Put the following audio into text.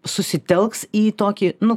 susitelks į tokį nu